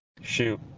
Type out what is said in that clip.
Shoot